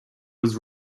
was